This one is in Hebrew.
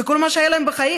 זה כל מה שהיה להם בחיים.